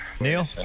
Neil